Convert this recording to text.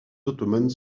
ottomanes